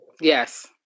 Yes